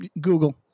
Google